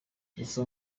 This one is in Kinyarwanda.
gusa